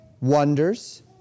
wonders